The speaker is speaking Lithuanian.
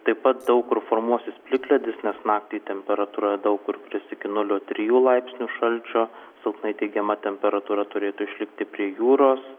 taip pat daug kur formuosis plikledis nes naktį temperatūra daug kur kris iki nulio trijų laipsnių šalčio silpnai teigiama temperatūra turėtų išlikti prie jūros